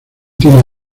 tina